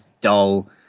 dull